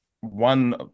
one